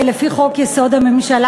לפי חוק-יסוד: הממשלה,